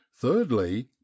thirdly